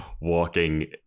walking